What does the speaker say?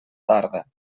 tarda